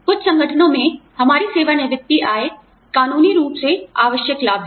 कुछ संगठनों में हमारी सेवानिवृत्ति आय कानूनी रूप से आवश्यक लाभ है